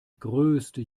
größte